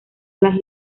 las